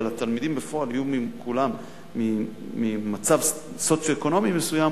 אבל התלמידים בפועל יהיו כולם ממצב סוציו-אקונומי מסוים,